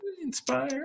inspire